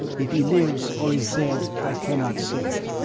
if he lives or is dead i cannot say.